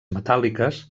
metàl·liques